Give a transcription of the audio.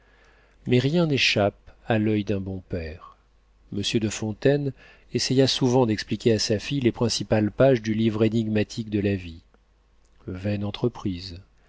mais rien n'échappe à l'oeil d'un bon père monsieur de fontaine essaya souvent d'expliquer à sa fille les principales pages du livre énigmatique de la vie vaine entreprise